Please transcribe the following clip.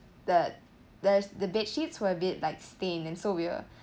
the there's the bed sheets were a bit like stained and so we're